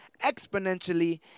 exponentially